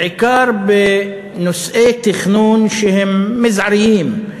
בעיקר בנושאי תכנון שהם מזעריים,